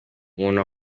umuntu